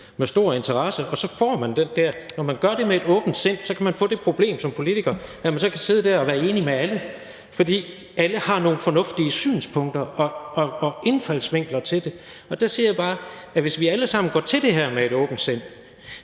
med stor interesse, og når man gør det med et åbent sind, kan man som politiker få det problem, at man så kan sidde der og være enig med alle. For alle har nogle fornuftige synspunkter og indfaldsvinkler til det, og der siger jeg bare, at vi, hvis vi alle sammen går til det her med et åbent sind,